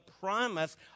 promise